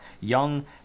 young